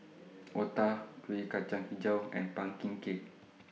Otah Kuih Kacang Hijau and Pumpkin Cake